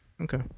Okay